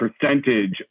percentage